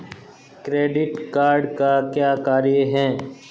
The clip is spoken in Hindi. क्रेडिट कार्ड का क्या कार्य है?